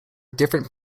different